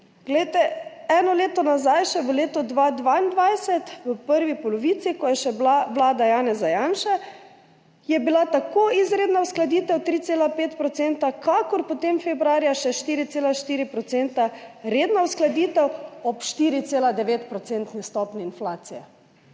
Glejte, eno leto nazaj, še v letu 2022, v prvi polovici, ko je še bila vlada Janeza Janše, je bila tako izredna uskladitev 3,5 %, kakor potem februarja še 4,4 % redna uskladitev ob 4,9 procentni stopnji inflacije.